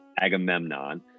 Agamemnon